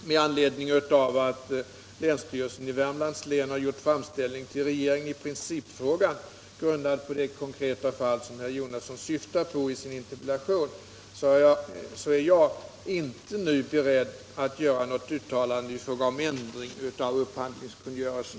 Med anledning av att länsstyrelsen i Värmlands län har gjort framställning till regeringen i principfrågan, grundad på det konkreta fall som herr Jonasson syftar på i sin interpellation, är jag inte nu beredd att göra något uttalande i frågan om ändring av upphandlingskungörelsen.